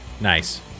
nice